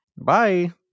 bye